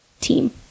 team